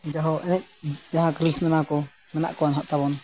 ᱡᱟᱦᱟᱸ ᱮᱱᱮᱡ ᱡᱟᱦᱟᱸ ᱠᱚ ᱢᱮᱱᱟᱜ ᱠᱚᱣᱟ ᱱᱟᱦᱟᱸᱜ ᱛᱟᱵᱚᱱ